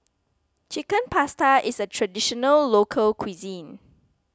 Chicken Pasta is a Traditional Local Cuisine